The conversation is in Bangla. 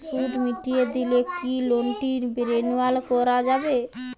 সুদ মিটিয়ে দিলে কি লোনটি রেনুয়াল করাযাবে?